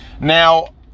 Now